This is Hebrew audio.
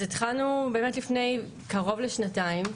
התחלנו באמת לפני קרוב לשנתיים.